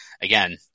again